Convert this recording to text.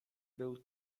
był